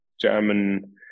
German